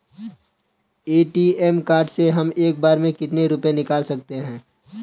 ATM card से हम एक बार में कितने रुपये निकाल सकते हैं?